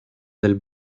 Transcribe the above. del